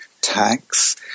tax